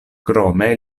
krome